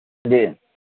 جی